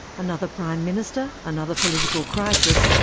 another prime minister, another political crisis,